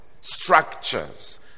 structures